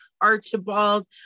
Archibald